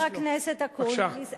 חבר הכנסת אקוניס,